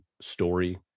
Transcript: story